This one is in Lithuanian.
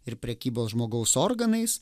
ir prekybos žmogaus organais